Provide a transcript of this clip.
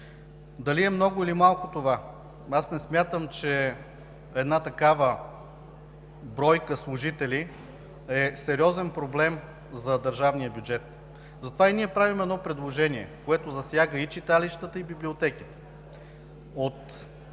това е много, или малко? Аз не смятам, че една такава бройка служители е сериозен проблем за държавния бюджет. Затова ние правим едно предложение, което засяга и читалищата, и библиотеките